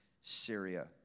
Syria